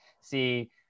see